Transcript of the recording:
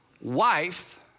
wife